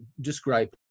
describe